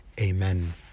Amen